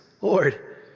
Lord